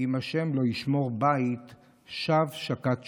"אם השם לא ישמור בית שוא שקד שומר".